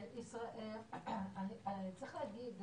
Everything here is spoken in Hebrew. צריך להגיד,